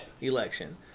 election